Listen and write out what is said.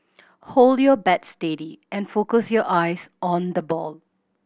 hold your bat steady and focus your eyes on the ball